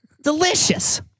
delicious